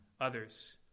others